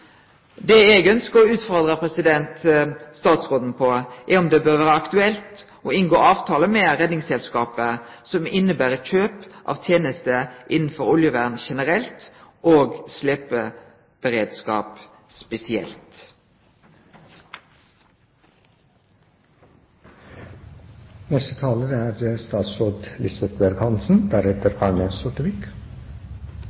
Det eg ønskjer å utfordre statsråden på, er om det bør vere aktuelt å inngå avtaler med Redningsselskapet som inneber kjøp av tenester innanfor oljevern generelt og